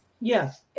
Yes